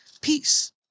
peace